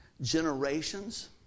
generations